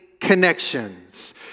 connections